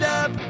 up